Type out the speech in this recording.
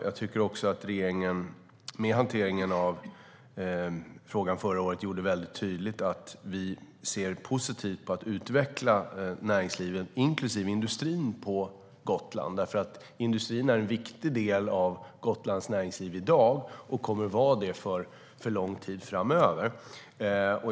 Jag tycker att regeringen med hanteringen av frågan förra året gjorde det väldigt tydligt att vi ser positivt på att utveckla näringslivet, inklusive industrin, på Gotland. Industrin är en viktig del av Gotlands näringsliv i dag och kommer att vara det under lång tid framöver.